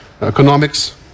economics